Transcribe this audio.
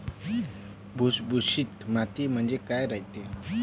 भुसभुशीत माती म्हणजे काय रायते?